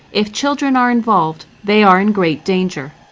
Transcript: if children are involved, they are in great danger.